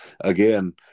again